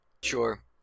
Sure